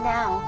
Now